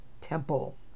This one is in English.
temple